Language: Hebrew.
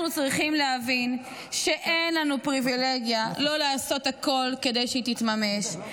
אנחנו צריכים להבין שאין לנו פריבילגיה לא לעשות הכול כדי שהיא תתממש,